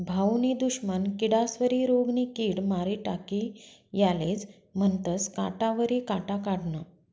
भाऊनी दुश्मन किडास्वरी रोगनी किड मारी टाकी यालेज म्हनतंस काटावरी काटा काढनं